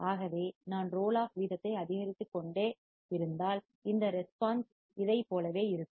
ஆகவே நான் roll off வீதத்தை அதிகரித்துக்கொண்டே இருந்தால் இந்த ரெஸ்பான்ஸ் இதைப் போலவே இருக்கும்